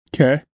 Okay